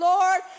Lord